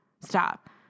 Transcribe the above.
Stop